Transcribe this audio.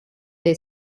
the